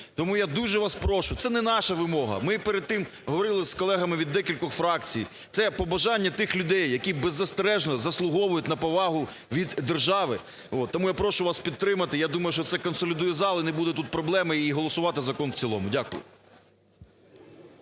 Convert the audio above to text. Тому я дуже вас прошу, це не наша вимога, ми перед тим говорили з колегами від декількох фракцій, це побажання тих людей, які беззастережно заслуговують на повагу від держави. Тому я прошу вас підтримати, я думаю, що це консолідує зал і не буде тут проблеми, і голосувати закон в цілому. Дякую.